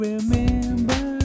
remember